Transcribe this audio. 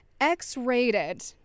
X-rated